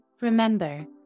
Remember